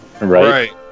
Right